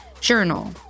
journal